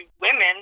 women